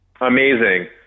amazing